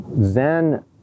Zen